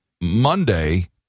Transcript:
Monday